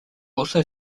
also